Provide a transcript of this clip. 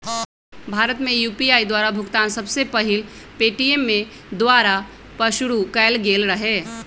भारत में यू.पी.आई द्वारा भुगतान सबसे पहिल पेटीएमें द्वारा पशुरु कएल गेल रहै